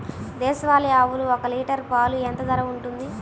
దేశవాలి ఆవులు ఒక్క లీటర్ పాలు ఎంత ధర ఉంటుంది?